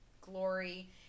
glory